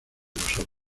nosotros